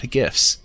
gifts